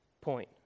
point